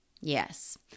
Yes